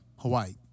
Hawaii